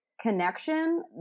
connection